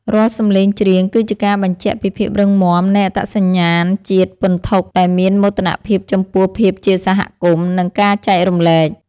រាល់សម្លេងច្រៀង គឺជាការបញ្ជាក់ពីភាពរឹងមាំនៃអត្តសញ្ញាណជាតិពន្ធុ ដែលមានមោទនភាពចំពោះភាពជាសហគមន៍ និងការចែករំលែក។